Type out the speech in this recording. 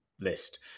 list